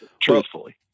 truthfully